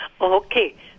Okay